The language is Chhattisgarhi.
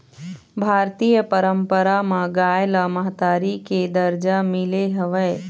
भारतीय पंरपरा म गाय ल महतारी के दरजा मिले हवय